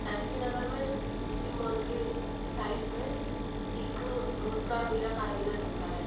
M P Nagar में D B mall के साइड में एक रोजगार मेला का आयोजन होता है